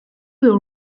will